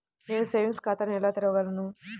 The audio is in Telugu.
నేను సేవింగ్స్ ఖాతాను ఎలా తెరవగలను?